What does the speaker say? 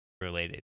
related